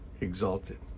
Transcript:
exalted